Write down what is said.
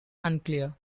unclear